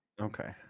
okay